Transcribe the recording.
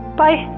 bye